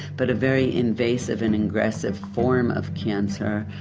but a very invasive and aggressive form of cancer,